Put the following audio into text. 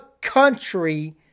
country